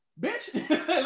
Bitch